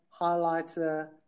highlighter